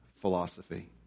philosophy